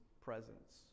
presence